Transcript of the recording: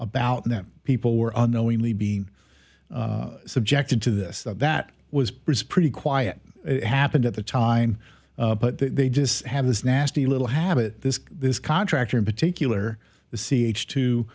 about them people were unknowingly being subjected to this that was pretty quiet it happened at the time but they just have this nasty little habit this this contractor in particular the c h two